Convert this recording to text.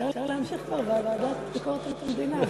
אפשר להמשיך כבר לוועדת ביקורת המדינה.